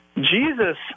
Jesus